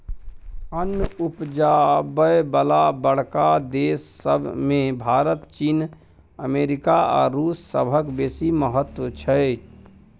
अन्न उपजाबय बला बड़का देस सब मे भारत, चीन, अमेरिका आ रूस सभक बेसी महत्व छै